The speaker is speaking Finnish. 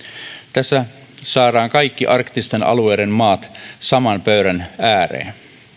tässä saadaan kaikki arktisten alueiden maat saman pöydän ääreen